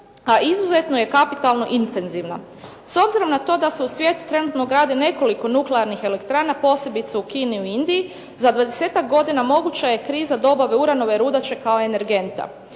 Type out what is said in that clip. a izuzetno je kapitalno intenzivno. S obzirom na to da se u svijetu trenutno gradi nekoliko nuklearnih elektrana, posebice u Kini i Indiji, za 20-tak godina moguća je kriza dobave uranove rudače kao energenta.